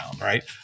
right